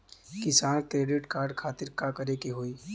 किसान credit card खातिर का करे के होई?